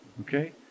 Okay